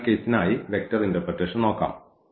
അതിനാൽ ഈ കേസിനായി വെക്റ്റർ ഇന്റെർപ്രെറ്റേഷൻ നോക്കാം